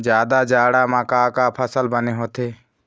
जादा जाड़ा म का का फसल बने होथे?